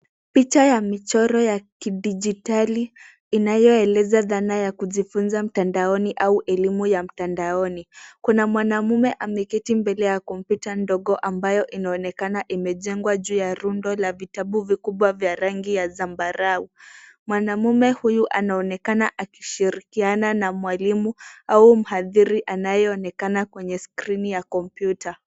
Picha ya michoro wa kidijitali inayoeleza dhana ya kujifuza mtandaoni au elimu ya mtandaoni. Kuna mwanaume ameketi mbele ya kompyuta ndogo ambayo inaoonekana imejengwa juu ya rundo ya vitabu vikubwa vya rangi ya zambarau. Mwanaume huyu anaonekana akishirikiana na mwalimu au mhadhiri anayeonekana kwenye skrini ya kompyuta.